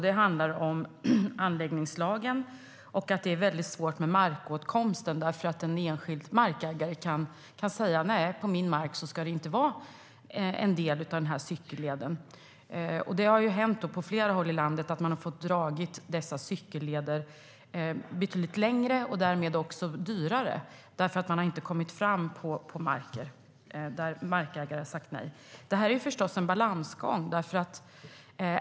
Det handlar om anläggningslagen och att det är väldigt svårt med markåtkomsten, eftersom en enskild markägare kan säga: Nej, på min mark ska inte en del av en cykelled vara. Det har hänt på flera håll i landet att man har fått dra dessa cykelleder betydligt längre och att det därmed också blivit dyrare, därför att man inte har kommit fram på marker eftersom markägare sagt nej. Det här är förstås en balansgång.